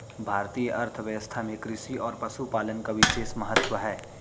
भारतीय अर्थव्यवस्था में कृषि और पशुपालन का विशेष महत्त्व है